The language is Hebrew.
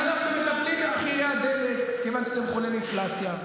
את מקדם את הרפורמה המשפטית שמאיצה את האינפלציה.